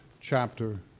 chapter